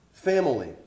Family